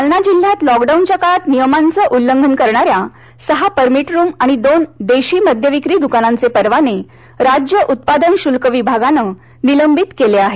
जालना जिल्ह्यात लॉकडाऊनच्या काळात नियमांचं उल्लंघन करणाऱ्या सहा परमीट रुम आणि दोन देशी मद्यविक्री दुकानांचे परवाने राज्य उत्पादन शुल्क विभागानं निलंबित केले आहेत